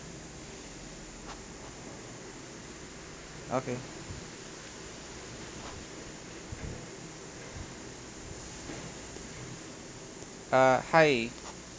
okay uh hi